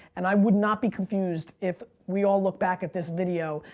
and i would not be confused if we all look back at this video,